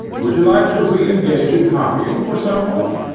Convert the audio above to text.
would you like to re-engage in copying for some one?